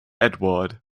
edward